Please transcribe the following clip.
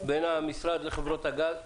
בין המשרד לחברות הגז.